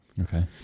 Okay